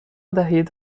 دهید